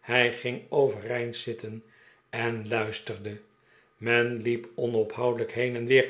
hij ging overeind zitten en luisterde men liep onophoudelijk heen en weer